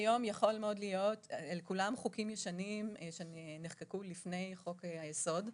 הם כולם חוקים ישנים שנחקקו לפני חוק היסוד,